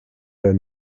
ein